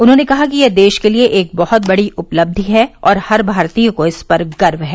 उन्होंने कहा कि यह देश के लिये एक बहुत बड़ी उपलब्धि है और हर भारतीय को इस पर गर्व है